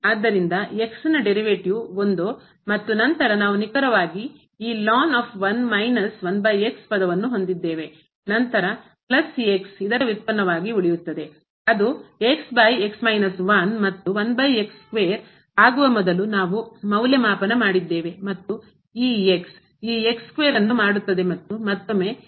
ಆದ್ದರಿಂದ ನ derivative ವ್ಯುತ್ಪನ್ನವು 1 ಮತ್ತು ನಂತರ ನಾವು ನಿಖರವಾಗಿ ಈ ಪದವನ್ನು ನಂತರ plus ಪ್ಲಸ್ x ಇದರ ವ್ಯುತ್ಪನ್ನವಾಗಿ ಉಳಿಯುತ್ತದೆ ಅದು ಮತ್ತು ಆಗುವ ಮೊದಲು ನಾವು ಮೌಲ್ಯಮಾಪನ ಮಾಡಿದ್ದೇವೆ ಮತ್ತು ಈ ಈ ಮತ್ತು ಮತ್ತೊಮ್ಮೆ ಇಲ್ಲಿ ಇದು